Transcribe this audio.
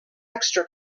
extra